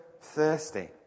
thirsty